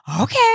Okay